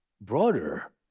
broader